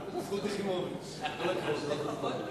חבר הכנסת יעקב כץ, בבקשה.